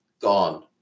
gone